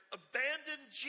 abandoned